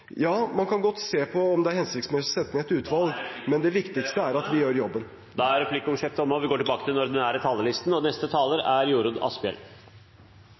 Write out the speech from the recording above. Ja, man kan godt se på om det er hensiktsmessig å sette ned et utvalg , men det viktigste er at vi gjør jobben. Replikkordskiftet er omme. I dag behandler vi kommunalbudsjettet for 2018, det budsjettområdet som vil påvirke hverdagen til alle som bor i Norge. Det er